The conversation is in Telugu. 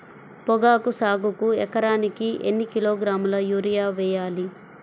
పొగాకు సాగుకు ఎకరానికి ఎన్ని కిలోగ్రాముల యూరియా వేయాలి?